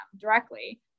directly